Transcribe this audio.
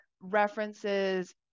references